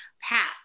path